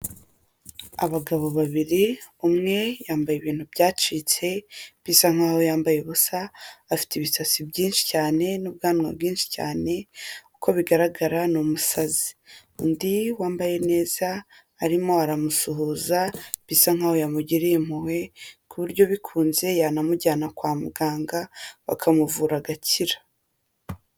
Abagabo babiri umwe, yambaye ibintu byacitse bisa nkaho yambaye ubusa, afite ibisatsi byinshi cyane n'ubwanwa bwinshi cyane, uko bigaragara ni umusazi. Undi wambaye neza arimo aramusuhuza bisa nkaho yamugiriye impuhwe ku buryo bikunze yanamujyana kwa muganga bakamuvura agakira.